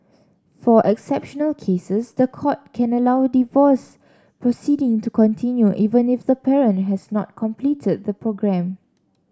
for exceptional cases the court can allow divorce proceedings to continue even if the parent has not completed the programme